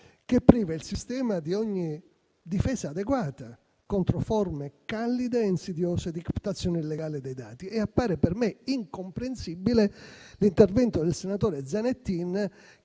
che priva il sistema di ogni difesa adeguata contro forme callide e insidiose di captazione illegale dei dati. E appare per me incomprensibile l'intervento del senatore Zanettin,